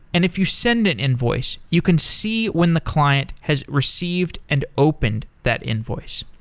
and if you send an invoice, you can see when the client has received and opened that invoice.